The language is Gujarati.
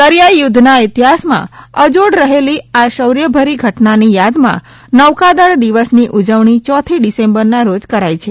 દરિયાઇ યુદ્ધના ઇતિહાસમાં અજોડ રહેલી આ શૌર્યભરી ઘટનાની યાદમાં નૌકાદળ દિવસની ઉજવણી ચોથી ડિસેમ્બરના રોજ કરાય છે